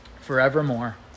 forevermore